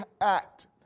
act